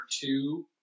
two